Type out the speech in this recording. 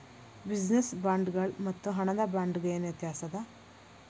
Business ಬಾಂಡ್ಗಳ್ ಮತ್ತು ಹಣದ ಬಾಂಡ್ಗ ಏನ್ ವ್ಯತಾಸದ?